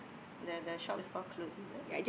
the the shop is call clothes is it